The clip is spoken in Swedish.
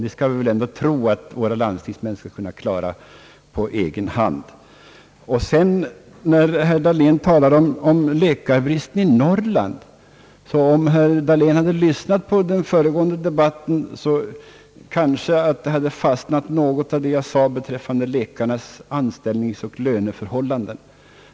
Vi skall väl ändå tro, att våra landstingsmän skall kunna klara detta problem på egen hand. Herr Dahlén talade om läkarbristen i Norrland. Om herr Dahlén hade lyssnat på den föregående debatten kanske något hade fastnat av vad jag sade beträffande läkarnas anställningsoch löneförhållanden.